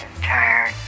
Tired